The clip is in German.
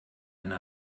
eine